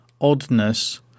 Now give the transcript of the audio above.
oddness